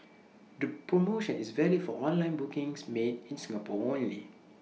the promotion is valid for online bookings made in Singapore only